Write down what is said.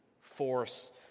force